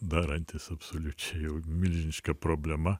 darantis absoliučia jau milžiniška problema